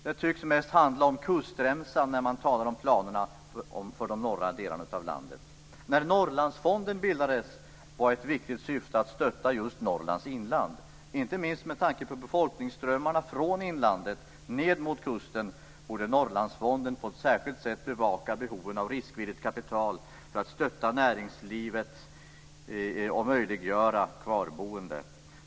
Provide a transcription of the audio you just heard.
Det tycks mest handla om kustremsan när man talar om planerna för de norra delarna av landet. När Norrlandsfonden bildades var ett viktigt syfte att stötta just Norrlands inland. Inte minst med tanke på befolkningsströmmarna från inlandet ned mot kusten borde Norrlandsfonden på ett särskilt sätt bevaka behoven av riskvilligt kapital för att stötta näringslivet och möjliggöra kvarboende.